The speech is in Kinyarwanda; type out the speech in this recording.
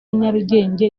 nyarugenge